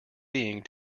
being